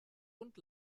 und